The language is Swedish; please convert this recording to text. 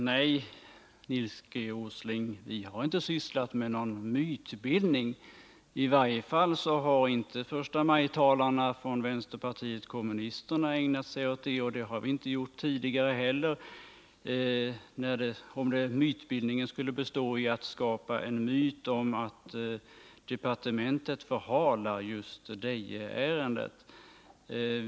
Herr talman! Nej, Nils G. Åsling, vi har inte sysslat med någon mytbildning. I varje fall har inte förstamajtalarna från vänsterpartiet kommunisterna ägnat sig åt det. Och det har vi inte gjort tidigare heller, om det skulle gälla att skapa en myt om att departementet förhalar just Dejeärendet.